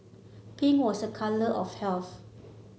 pink was a colour of health